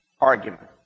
argument